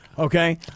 Okay